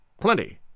Plenty